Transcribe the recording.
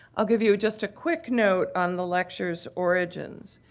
i'll give you just a quick note on the lectures origins.